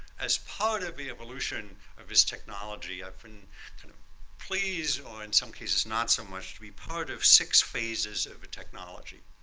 as part of the evolution of this technology i've been kind of pleased, or in some cases not so much, to be part of six phases of the technology.